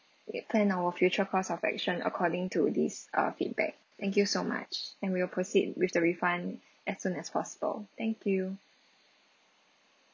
plan our future course of action according to this uh feedback thank you so much and we'll proceed with the refund as soon as possible thank you